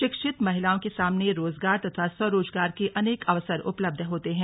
शिक्षित महिलाओं के सामने रोजगार तथा स्वरोजगार के अनेक अवसर उपलब्ध होते हैं